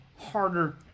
harder